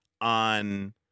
on